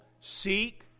seek